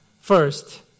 First